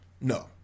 No